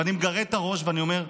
ואני מגרד את הראש ואני אומר: